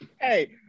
hey